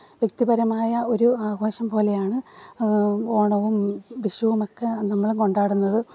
വ്യക്തിപരമായ ഒരു ആഘോഷം പോലെയാണ് ഓണവും വിഷവുമൊക്കെ നമ്മൾ കൊണ്ടാടുന്നത്